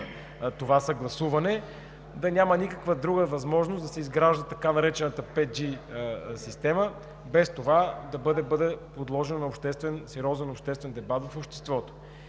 това съгласуване, да няма никаква друга възможност да се изгражда така наречената 5G система, без това да бъде подложено на сериозен обществен дебат в обществото.